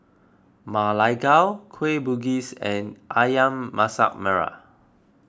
Ma Lai Gao Kueh Bugis and Ayam Masak Merah